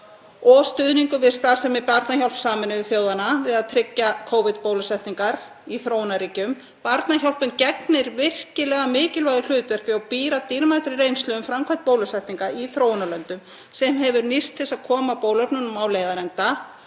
og stuðningur við starfsemi Barnahjálpar Sameinuðu þjóðanna við að tryggja Covid-bólusetningar í þróunarríkjum. Barnahjálpin gegnir mikilvægu hlutverki og býr að dýrmætri reynslu um framkvæmd bólusetninga í þróunarlöndum sem hefur nýst til að koma bóluefnunum á leiðarenda,